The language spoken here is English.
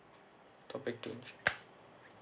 topic two insurance